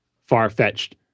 far-fetched